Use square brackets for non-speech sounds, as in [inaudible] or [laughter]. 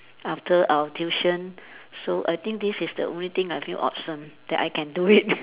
after our tuition so I think this is the only thing I feel awesome that I can do it [laughs]